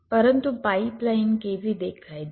પરંતુ પાઇપલાઇન કેવી દેખાય છે